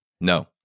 No